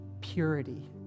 purity